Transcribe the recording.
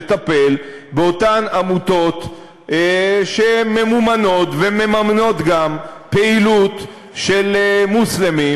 לטפל באותן עמותות שממומנות ומממנות גם פעילות של מוסלמים,